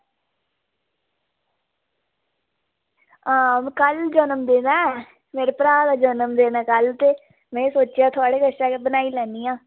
हां कल्ल जनमदिन ऐ मेरे भ्राऽ दा जनमदिन ऐ कल्ल ते में सोचेआ थुआढ़े कशा गै बनाई लैन्नी आं